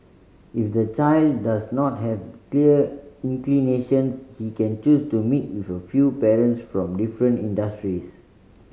if the child does not have clear inclinations he can choose to meet with a few parents from different industries